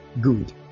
good